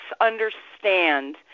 understand